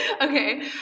okay